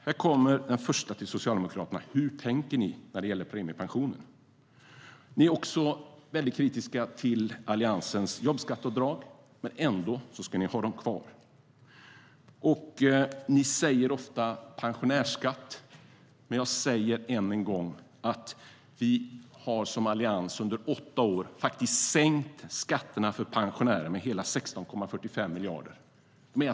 Den första frågan till Socialdemokraterna är: Hur tänker ni när det gäller premiepensioner? Ni är kritiska till Alliansens jobbskatteavdrag, men ändå ska ni ha dem kvar. Ni talar ofta om pensionärsskatt. Jag säger än en gång: Vi har som allians under åtta år sänkt skatterna för pensionärer med hela 16,45 miljarder.